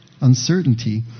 uncertainty